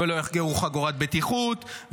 ולא יחגרו חגורת בטיחות,